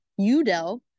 UDEL